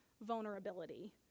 vulnerability